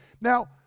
Now